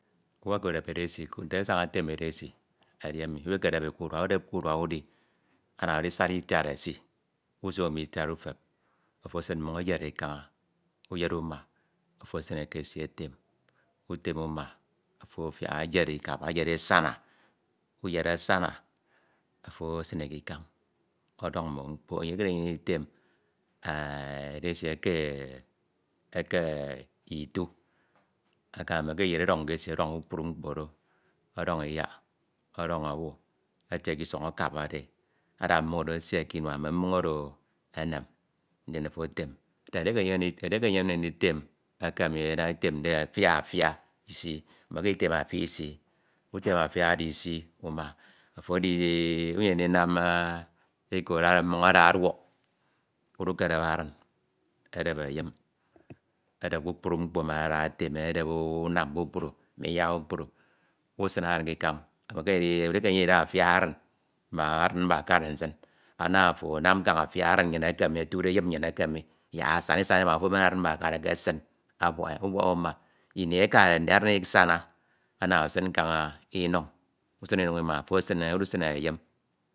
Uyekedep edesi. nte asañade ete edesi edi emi uyekedepe k’urua, udepe k’urua udi ana adisad itia esi, usioño mm’uiad ufep ofo esin mmoñ eyed e kaña, uyed e uma, ofo esin kesietem, utem uma, ofo afiak eyed e ikaba uyed asana ofo esin e k’ikañ, ọdọñ mme mkpo eh, edisi item eke itu emekeme ndiyed e ọdọñ ke esi ọdọñ kpukpru mkpo do, ọdọñ iyak, ọdọn obu, ọdọñ kpukpru mkpo etio k’isọn akabade e ada mmoñ oro esie k’inua me enem edieke enyemde nditem eke emi afia afia mekeme ndikem afia isi, utem afia oro isi uma, unyem ndinam eko adade mmoñ ada ọduọk. Udukeped adin, eped eyum edep kpukpru mkpo emen ada etem e, unam kpukpru ma iyak kpukpru usin adin ke ikañ emeke ndi edieke enyemde ndide afia adin ma adiñ mmakara nsin an ofo anam kaña yak afin adin nnyin emi mi emi ofude eyin myin emi asaña, isana ima, ofo emen adin mmakara eke esin, usim uma abuak e, ubuak uma adin isana ana esin kaña inuñ usin inañ uma ofo eme udusin, eyum.